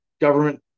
government